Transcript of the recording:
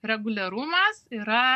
reguliarumas yra